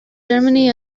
germany